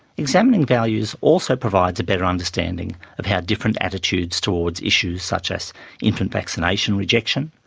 examining values also provides a better understanding of how different attitudes towards issues such as infant vaccination rejection,